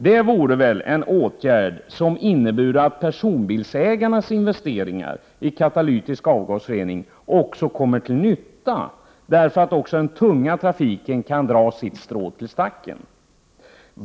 Det vore väl en åtgärd, som innebar att personbilsägarnas investering i katalytisk avgasrening kom till nytta också därför att den tunga trafiken kan dra sitt strå 143 till stacken.